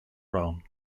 realm